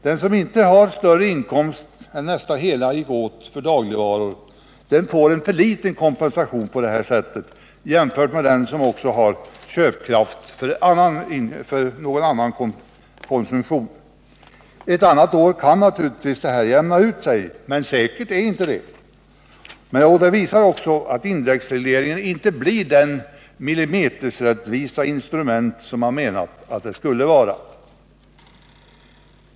Den som inte har större inkomst än att nästan hela går åt för dagligvaror får genom indexregleringen en för liten kompensation i jämförelse med den som har köpkraft också för annan konsumtion. Ett annat år kan naturligtvis det här jämna ut sig, men säkert är det inte. Det jag har sagt visar också att indexreglering inte blir det millimeterrättvisa instrument som man menat att det skulle vara. 6.